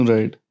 Right